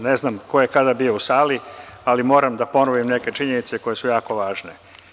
Ne znam ko je kada bio u sali, ali moram da ponovim neke činjenice koje su jako važne.